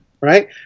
Right